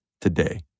today